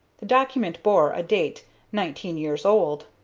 the document bore a date nineteen years old.